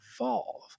evolve